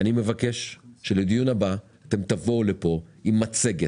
אני מבקש שלדיון הבא תבואו לפה עם מצגת,